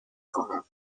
خواهم